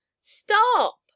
stop